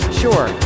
sure